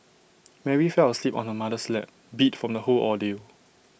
Mary fell asleep on her mother's lap beat from the whole ordeal